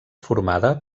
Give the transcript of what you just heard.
formada